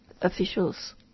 officials